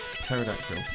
Pterodactyl